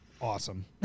awesome